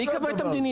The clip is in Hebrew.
מי קבע את המדיניות?